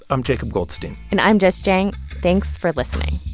i'm jacob goldstein and i'm jess jiang. thanks for listening